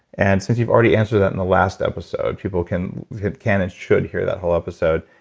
and since you've already answered that in the last episode, people can can and should hear that whole episode,